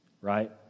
right